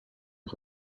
est